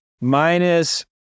minus